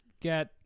get